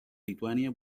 lituania